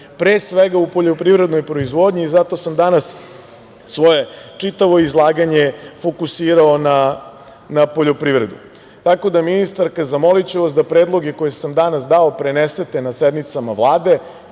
pre svega u poljoprivrednoj proizvodnji, i zato sam danas svoje čitavo izlaganje fokusirao na poljoprivredu. Tako da, ministarka, zamoliću vas da predloge koje sam danas dao prenesete na sednicama Vlade